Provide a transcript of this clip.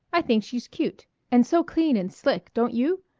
i think she's cute and so clean and slick, don't you?